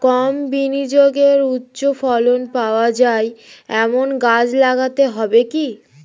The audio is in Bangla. কম বিনিয়োগে উচ্চ ফলন পাওয়া যায় এমন গাছ লাগাতে হবে কি?